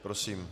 Prosím.